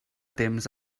temps